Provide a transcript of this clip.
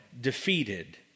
defeated